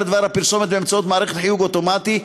דבר הפרסומת באמצעות מערכת חיוג אוטומטי,